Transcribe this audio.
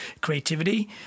creativity